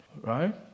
right